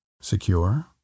secure